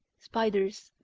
spiders,